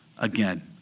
again